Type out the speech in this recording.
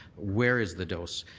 where is the dose?